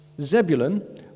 Zebulun